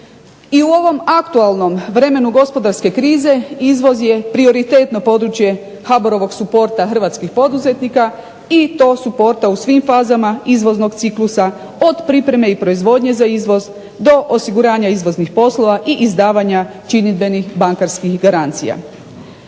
I u ovom aktualnom vremenu gospodarske krize izvoz je prioritetno područje HBOR-ovog supporta hrvatskih poduzetnika i to supporta u svim fazama izvoznog ciklusa od pripreme i proizvodnje za izvoz do osiguravanja izvoznih poslova i izdavanja činidbenih bankarskih garancija.